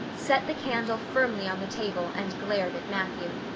set the candle firmly on the table, and glared at matthew.